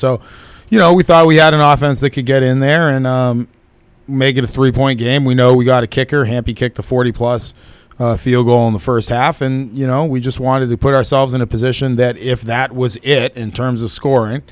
so you know we thought we had an off and they could get in there and make a three point game we know we got a kicker happy kicked a forty plus field goal in the first half and you know we just wanted to put ourselves in a position that if that was it in terms of scoring